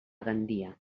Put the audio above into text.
gandia